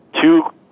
two